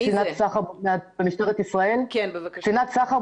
כן, בבקשה.